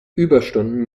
überstunden